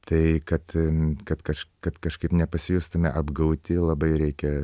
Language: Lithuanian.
tai kad kad kaž kad kažkaip nepasijustume apgauti labai reikia